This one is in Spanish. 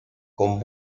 con